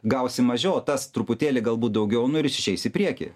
gausi mažiau o tas truputėlį galbūt daugiau nu ir jis išeis į priekį